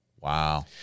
Wow